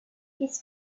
his